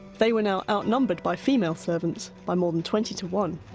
they were now outnumbered by female servants by more than twenty to one.